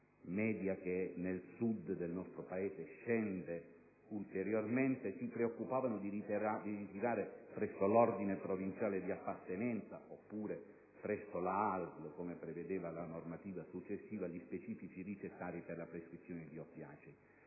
(media che nel Sud del nostro Paese scendeva ulteriormente) si preoccupavano di ritirare presso l'Ordine provinciale di appartenenza oppure presso la ASL, come prevedeva la normativa successiva, gli specifici ricettari per la prescrizione di oppiacei.